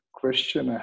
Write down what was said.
question